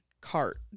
Cart